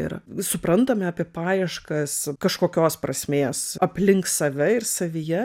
yra suprantame apie paieškas kažkokios prasmės aplink save ir savyje